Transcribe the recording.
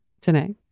today